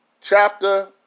chapter